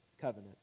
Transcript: covenant